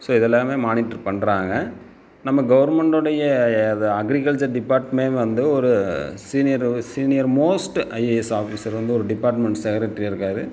so இது எல்லாமே monitor பண்ணுறாங்க நம்ம கவர்மெண்ட்டுடைய அக்கிரிகல்ச்சர் டிபார்ட்டுமே வந்து ஒரு senior senior most IAS officer வந்து ஒரு டிபார்ட்மெண்ட் செக்கரட்ரிட்டியாக இருக்கார்